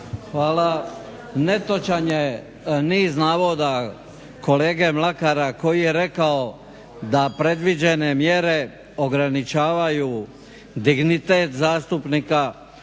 najave govornika./ … kolege Mlakara koji je rekao da predviđene mjere ograničavaju dignitet zastupnika,